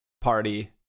party